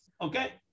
Okay